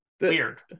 weird